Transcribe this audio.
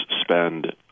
spend